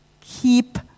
Keep